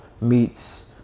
meets